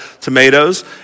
tomatoes